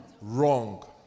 Wrong